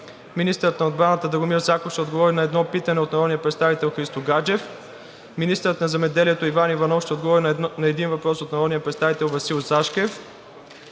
Министърът на отбраната Драгомир Заков ще отговори на едно питане от народния представител Христо Гаджев. 10. Министърът на земеделието Иван Иванов ще отговори на един въпрос от народния представител Васил Зашкев.